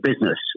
business